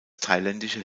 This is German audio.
thailändische